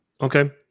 Okay